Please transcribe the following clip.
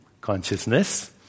consciousness